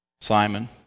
Simon